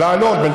לעלות על הרכבת,